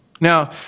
Now